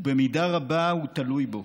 ובמידה רבה הוא תלוי בו.